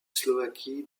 slovaquie